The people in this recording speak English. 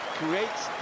creates